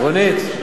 רונית,